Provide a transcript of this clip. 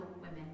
women